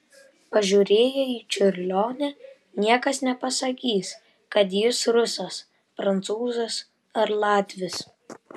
pažiūrėję į čiurlionį niekas nepasakys kad jis rusas prancūzas ar latvis